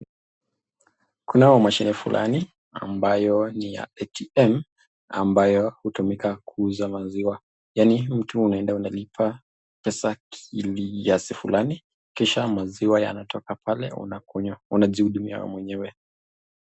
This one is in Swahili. Kunayo mashine fulani ambayo ni ya ATM, ambayo hutumika kuuza maziwa. Yaani mtu unaenda unalipa pesa kiasi fulani kisha maziwa yanatoka pale unakunywa, unajihudumia mwenyewe.